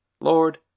Lord